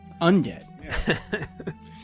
Undead